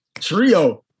Trio